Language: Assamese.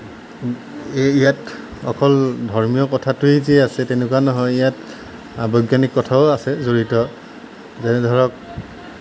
এই ইয়াত অকল ধৰ্মীয় কথাটোৱেই যে আছে তেনেকুৱা নহয় ইয়াত বৈজ্ঞানিক কথাও আছে জড়িত যেনে ধৰক